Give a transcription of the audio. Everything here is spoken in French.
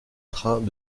trains